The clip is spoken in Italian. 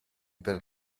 per